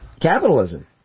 capitalism